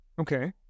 Okay